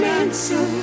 answer